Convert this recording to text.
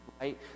right